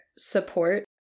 support